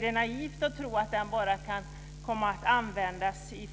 Det är naivt att tro att den bara kan komma att användas vid